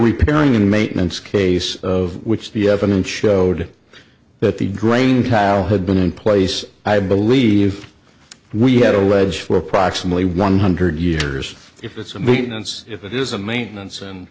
repairing maintenance case of which the evidence showed that the drain tile had been in place i believe we had a ledge for approximately one hundred years if it's a meeting and if it is a maintenance and